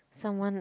someone